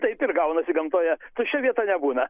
taip ir gaunasi gamtoje tuščia vieta nebūna